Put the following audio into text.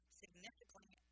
significantly